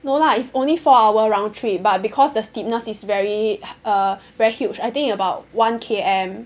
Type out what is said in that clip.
no lah it's only four hour round trip but because the steepness is very err very huge I think about one K_M